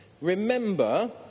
Remember